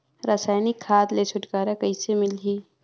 रसायनिक खाद ले छुटकारा कइसे मिलही?